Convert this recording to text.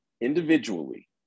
individually